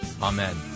Amen